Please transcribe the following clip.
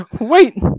Wait